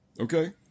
Okay